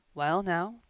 well now,